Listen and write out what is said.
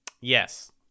Yes